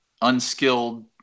unskilled